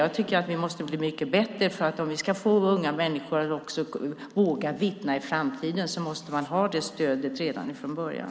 Jag tycker att vi måste bli mycket bättre, för om vi ska få unga människor att också våga vittna i framtiden måste de ha det stödet redan från början.